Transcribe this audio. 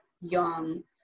young